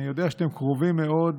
אני יודע שאתם קרובים מאוד.